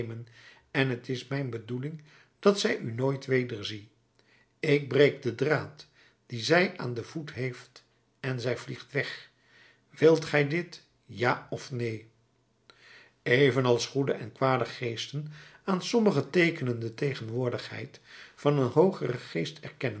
en t is mijn bedoeling dat zij u nooit wederzie ik breek den draad dien zij aan den voet heeft en zij vliegt weg wilt gij dit ja of neen evenals goede en kwade geesten aan sommige teekenen de tegenwoordigheid van een hoogeren geest